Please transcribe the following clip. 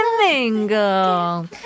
mingle